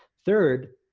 third,